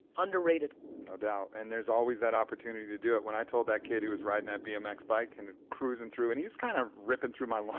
underrated. no doubt, and there's always that opportunity to do it. when i told that kid he was riding that bmx bike and cruising through, and he was kinda kind of ripping through my lawn